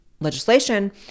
legislation